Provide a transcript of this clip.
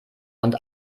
und